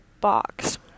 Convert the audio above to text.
box